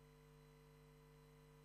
אני לא יכול להתערב.